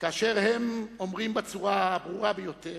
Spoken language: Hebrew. כאשר הם אומרים בצורה הברורה ביותר: